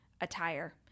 attire